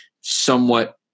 somewhat